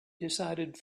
decided